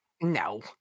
No